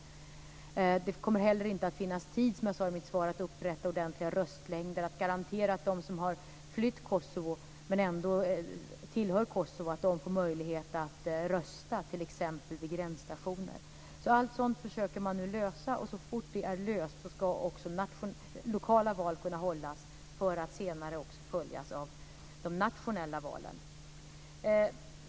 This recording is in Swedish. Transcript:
Som jag sade i mitt svar kommer det heller inte att finnas tid att upprätta ordentliga röstlängder och att garantera att de som har flytt men ändå tillhör Kosovo får möjlighet att rösta t.ex. vid gränsstationer. Allt sådant försöker man nu lösa, och så fort det är löst ska också lokala val kunna hållas för att senare också följas av de nationella valen.